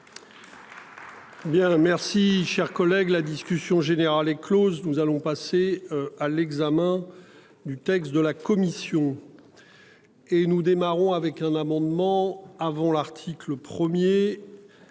merci chers collègue la discussion générale est Close, nous allons passer à l'examen du texte de la commission. Et nous démarrons avec un amendement avant l'article 1er.